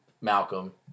Malcolm